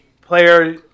player